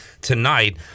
tonight